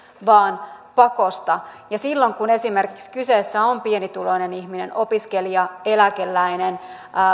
vaan pakosta ja silloin kun kyseessä on pienituloinen ihminen opiskelija eläkeläinen